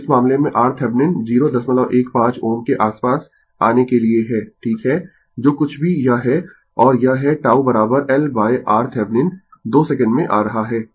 तो इस मामले में RThevenin 015 Ω के आसपास आने के लिए है ठीक है जो कुछ भी यह है और यह है τ L RThevenin 2 सेकंड में आ रहा है